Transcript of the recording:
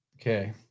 Okay